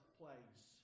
place